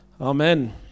Amen